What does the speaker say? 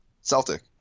Celtic